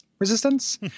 Resistance